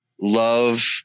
love